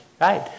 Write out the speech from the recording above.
right